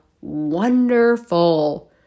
wonderful